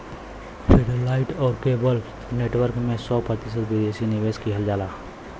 सेटे light आउर cable network में सौ प्रतिशत विदेशी निवेश किहल जाला